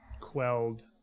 quelled